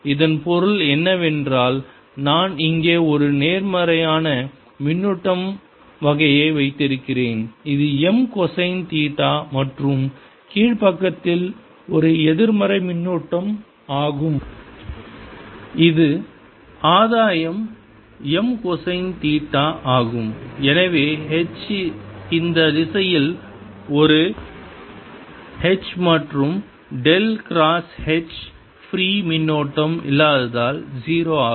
இதன் பொருள் என்னவென்றால் நான் இங்கே ஒரு நேர்மறையான மின்னூட்டம் வகையை வைத்திருக்கிறேன் இது m கொசைன் தீட்டா மற்றும் கீழ் பக்கத்தில் ஒரு எதிர்மறை மின்னூட்டம் ஆகும் இது ஆதாயம் m கொசைன் தீட்டா ஆகும் எனவே h இந்த திசையில் ஒரு h மற்றும் டெல் கிராஸ் h ஃப்ரீ மின்னோட்டம் இல்லாததால் 0 ஆகும்